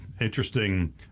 interesting